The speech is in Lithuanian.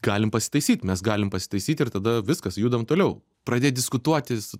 galim pasitaisyt mes galim pasitaisyt ir tada viskas judam toliau pradėt diskutuotis